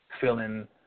feeling